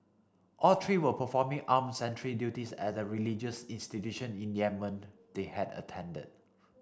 all three were performing arm sentry duties at a religious institution in Yemen they had attended